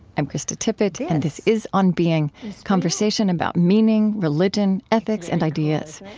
i'm krista tippett, and this is on being conversation about meaning, religion, ethics, and ideas.